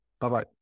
Bye-bye